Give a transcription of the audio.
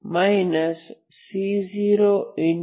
3